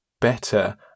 better